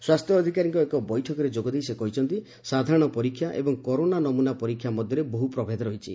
ସ୍ୱାସ୍ଥ୍ୟ ଅଧିକାରୀଙ୍କ ଏକ ବୈଠକରେ ଯୋଗଦେଇ ସେ କହିଛନ୍ତି ସାଧାରଣ ପରୀକ୍ଷା ଏବଂ କରୋନା ନମୁନା ପରୀକ୍ଷା ମଧ୍ୟରେ ବହ୍ର ପ୍ରଭେଦ ରହିଛି